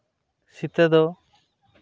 ᱥᱤᱛᱟᱹ ᱫᱚ